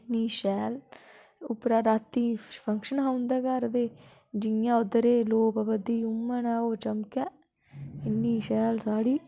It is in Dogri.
इन्नी शैल उप्परा राती फंक्शन हा उंदे घर ते जियां ओह्दे'रे लोऽ पवा दी ही उयां न ओह् चमकै इन्नी शैल साड़ी